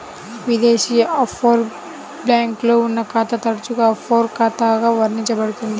విదేశీ ఆఫ్షోర్ బ్యాంక్లో ఉన్న ఖాతా తరచుగా ఆఫ్షోర్ ఖాతాగా వర్ణించబడుతుంది